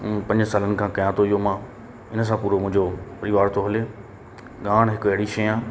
पंज सालनि खां कयां थो इहो मां इन सां मुंजो पूरो परिवार थो हले ॻाइण हिकु अहिड़ी शइ आहे